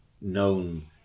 known